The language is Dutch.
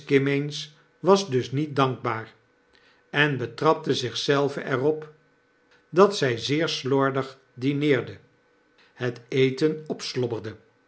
was dus niet dankbaar en betrapte zich zelve er op dat zij zeer slordig dineerde het efcen